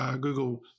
Google